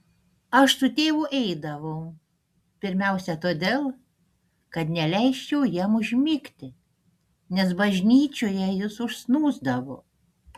aš su tėvu eidavau pirmiausia todėl kad neleisčiau jam užmigti nes bažnyčioje jis užsnūsdavo